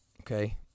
Okay